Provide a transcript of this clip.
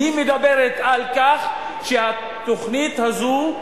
כי היא מדברת על כך שהתוכנית הזו,